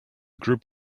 group